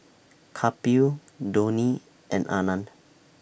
Kapil Dhoni and Anand